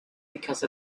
because